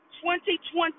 2020